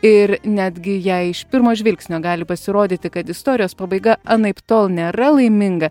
ir netgi jei iš pirmo žvilgsnio gali pasirodyti kad istorijos pabaiga anaiptol nėra laiminga